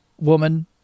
woman